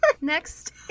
Next